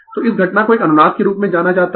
तो इस घटना को एक अनुनाद के रूप में जाना जाता है